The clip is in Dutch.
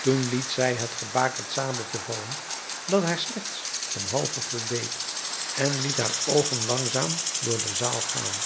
toen liet zij het gebakerd sabeltje vallen dat haar slechts ten halve voldeed en liet haar oogen langzaam door de zaal gaan